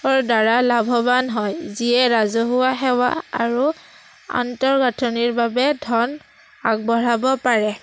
দ্বাৰা লাভৱান হয় যিয়ে ৰাজহুৱা সেৱা আৰু আন্তঃগাঁথনিৰ বাবে ধন আগবঢ়াব পাৰে